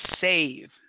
save